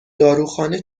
داروخانه